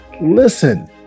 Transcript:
Listen